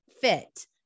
fit